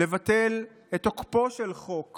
לבטל את תוקפו של חוק